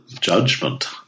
judgment